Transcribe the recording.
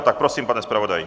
Tak prosím, pane zpravodaji.